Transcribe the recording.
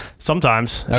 sometimes. okay.